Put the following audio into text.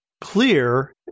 clear